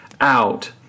out